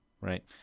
right